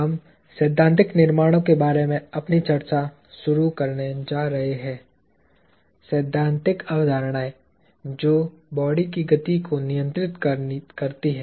हम सैद्धांतिक निर्माणों के बारे में अपनी चर्चा शुरू करने जा रहे हैं सैद्धांतिक अवधारणाएं जो बॉडी की गति को नियंत्रित करती हैं